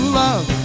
love